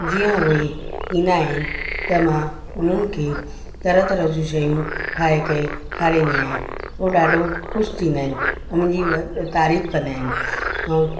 जीअं उहे ईंदा आहिनि त मां उन्हनि खे तरह तरह जी शयूं ठाहे करे खाराईंदी आहियां उहे ॾाढो ख़ुशि थींदा आहिनि उन्हनि जी उहे तारीफ़ कंदा आहिनि